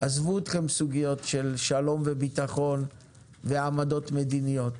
עזבו אתכם סוגיות של שלום וביטחון ועמדות מדיניות,